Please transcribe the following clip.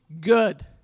good